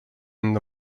end